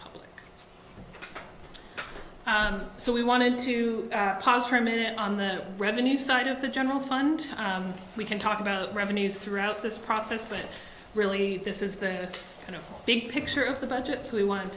c so we wanted to pause for a minute on the revenue side of the general fund we can talk about revenues throughout this process but really this is the kind of big picture of the budget so we want